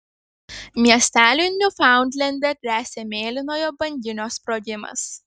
miesteliui niufaundlende gresia mėlynojo banginio sprogimas